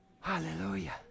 Hallelujah